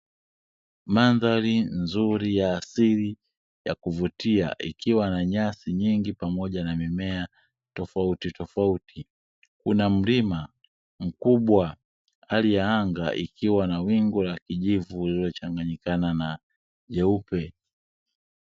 Mandhari nzuri ya asili, yenye nyasi nyingi na mimea mbalimbali, ikijumuisha mlima mkubwa; hali ya anga ikiwa na wingu la kijivu lililochanganyikana na jeupe.